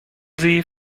sie